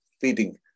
feeding